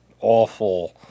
awful